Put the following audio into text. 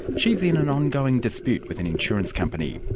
she's in an ongoing dispute with an insurance company.